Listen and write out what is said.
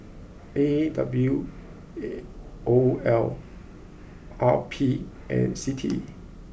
A W O L R P and C T E